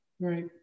right